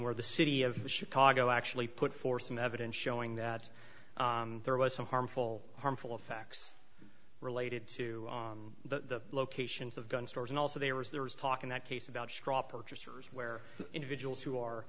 where the city of chicago actually put forth some evidence showing that there was some harmful harmful effects related to the locations of gun stores and also there was there was talk in that case about straw purchasers where individuals who are